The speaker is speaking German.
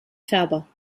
ferber